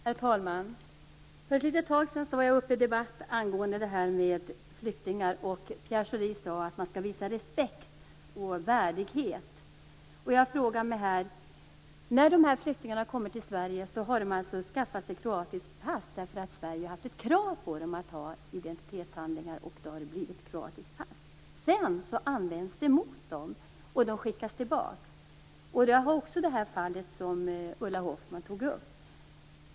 Herr talman! För ett litet tag sedan deltog jag i debatten angående flyktingar. Pierre Schori sade att man skall visa respekt och värdighet. När dessa flyktingar kommer till Sverige har de skaffat sig kroatiskt pass därför att Sverige har ett krav på dem att de skall ha identitetshandlingar, och det har det blivit ett kroatiskt pass. Sedan används det emot dem, och de skickas tillbaks. Jag känner också till det fall som Ulla Hoffmann tog upp.